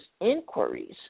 inquiries